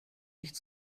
nicht